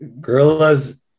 Gorilla's –